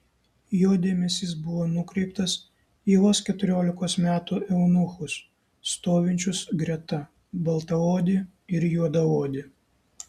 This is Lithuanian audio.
jo dėmesys buvo nukreiptas į vos keturiolikos metų eunuchus stovinčius greta baltaodį ir juodaodį